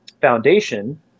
foundation